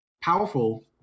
powerful